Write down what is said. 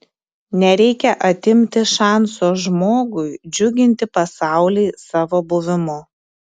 nereikia atimti šanso žmogui džiuginti pasaulį savo buvimu